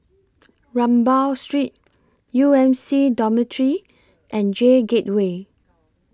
Rambau Street U M C Dormitory and J Gateway